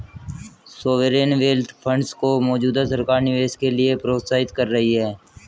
sovereign wealth funds को मौजूदा सरकार निवेश के लिए प्रोत्साहित कर रही है